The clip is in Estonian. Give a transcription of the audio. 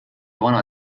vana